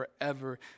forever